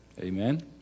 Amen